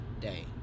day